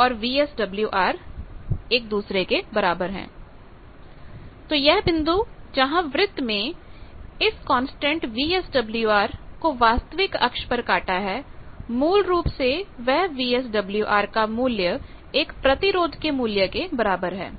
RSVSWR तो यह बिंदु जहां वृत्त में इस कांस्टेंट वीएसडब्ल्यूआर को वास्तविक अक्ष पर काटा है मूल रूप से वह वीएसडब्ल्यूआर का मूल्य एक प्रतिरोध के मूल्य के बराबर है